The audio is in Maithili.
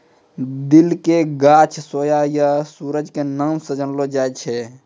दिल के गाछ सोया या सूजा के नाम स जानलो जाय छै